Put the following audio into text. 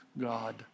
God